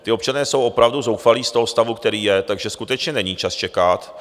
Ti občané jsou opravdu zoufalí z toho stavu, který je, takže skutečně není čas čekat.